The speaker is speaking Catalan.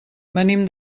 venim